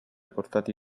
portati